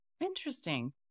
Interesting